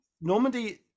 Normandy